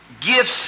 gifts